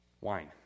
wine